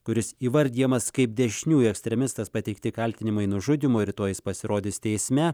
kuris įvardijamas kaip dešiniųjų ekstremistas pateikti kaltinimai nužudymu rytoj jis pasirodys teisme